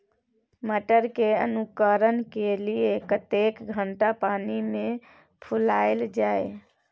मटर के अंकुरण के लिए कतेक घंटा पानी मे फुलाईल जाय?